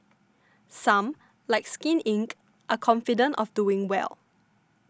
some like Skin Inc are confident of doing well